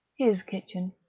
his kitchen.